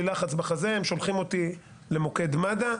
לחץ בחזה הם שולחים אותי למוקד מד"א,